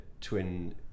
Twin